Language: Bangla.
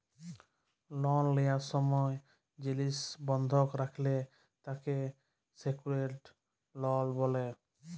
লল লিয়ার সময় জিলিস বন্ধক রাখলে তাকে সেক্যুরেড লল ব্যলে